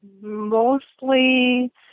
mostly